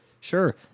Sure